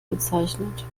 bezeichnet